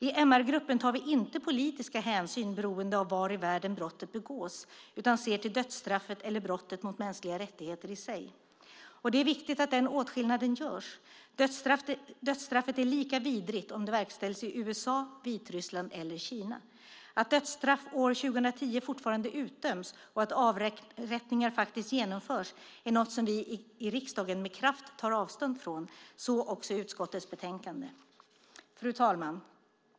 I MR-gruppen tar vi inte politiska hänsyn beroende på var i världen brottet begås, utan vi ser till dödsstraffet eller brottet mot mänskliga rättigheter i sig. Det är viktigt att den åtskillnaden inte görs. Dödsstraffet är lika vidrigt om det verkställs i USA, Vitryssland eller Kina. Att dödsstraff år 2010 fortfarande utdöms och att avrättningar faktiskt genomförs är något som vi i riksdagen med kraft tar avstånd från, så också i utskottets betänkande. Fru talman!